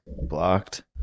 blocked